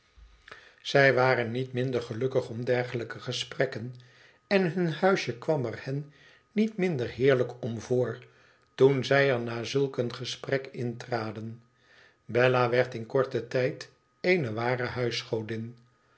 zij waren niet minder gelukkig om dergelijke gesprekken en hun huisje kwam er hen niet minder heerlijk om voor toen zij er na zulk een gesprek in traden bella werd in korten tijd eene ware huisgodin